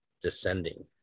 descending